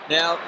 Now